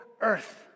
earth